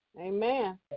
Amen